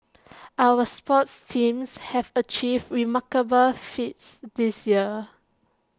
our sports teams have achieved remarkable feats this year